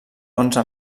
onze